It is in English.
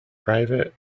private